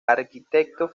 arquitecto